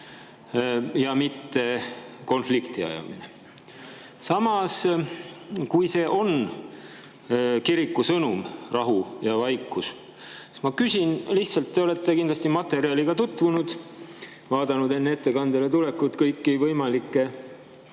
mitte konfliktiajamine. Samas, kui see on kiriku sõnum – rahu ja vaikus –, siis ma küsin selle kohta. Te olete kindlasti materjaliga tutvunud, vaadanud enne siia tulekut kõikvõimalikke